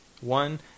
One